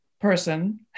person